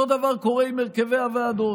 אותו הדבר קורה עם הרכבי הוועדות.